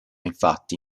infatti